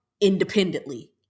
independently